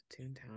toontown